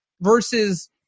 versus